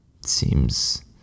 seems